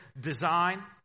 design